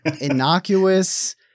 innocuous